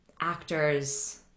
actors